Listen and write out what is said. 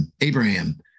Abraham